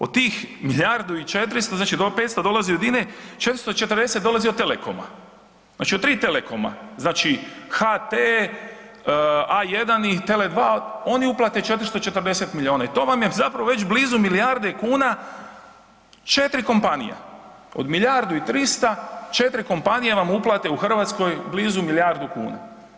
Od tih milijardu i 400, znači 500 dolazi od INE, 440 dolazi od Telekoma, znači od 3 Telekoma, znači HT, A1 i TELE2 oni uplate 440 miliona i to vam je zapravo već blizu milijarde kuna 4 kompanija, od milijardu i 300, 4 kompanije vam uplate u Hrvatskoj blizu milijardu kuna.